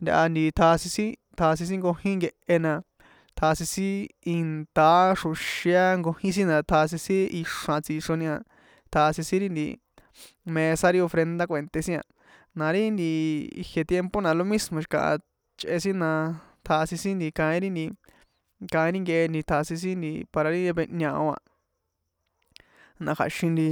Ntaha nti tjasin sin tjasin sin nkojin nkehe na tjasin sin intaaá xro̱xé a nkojin sin tjasin sin ixra̱ tsixroni a tjasin sin mesa ri ofrenda kue̱nté sin na ri nti ijie tiempo na lo mismo xi̱kaha ichꞌe sin na tjasin sin kaín ri nti kaín ri nkehe tjasin sin para ri ñao a na kja̱xin nti